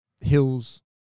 Hills